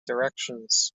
directions